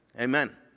amen